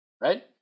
right